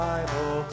Bible